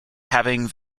having